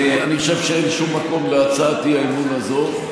אני חושב שאין שום מקום להצעת האי-אמון הזאת,